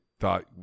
thought